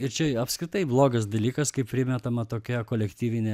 ir čia apskritai blogas dalykas kaip primetama tokia kolektyvinė